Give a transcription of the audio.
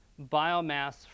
biomass